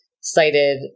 cited